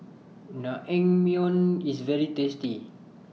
Naengmyeon IS very tasty